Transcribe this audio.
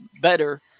better